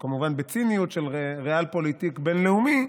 כמובן בציניות של ריאל-פוליטיק בין-לאומי,